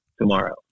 tomorrow